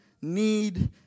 need